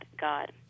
God